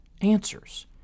answers